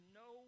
no